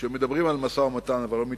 שמדברים על משא-ומתן אבל לא מתכוונים,